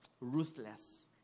ruthless